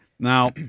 Now